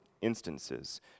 instances